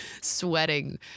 sweating